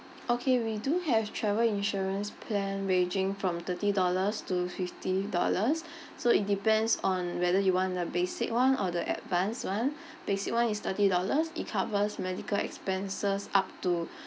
okay we do have travel insurance plan ranging from thirty dollars to fifty dollars so it depends on whether you want the basic [one] or the advanced [one] basic [one] is thirty dollars it covers medical expenses up to